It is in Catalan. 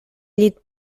llit